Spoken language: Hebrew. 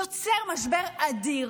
יוצר משבר אדיר,